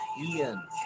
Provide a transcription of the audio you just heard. Ian